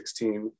2016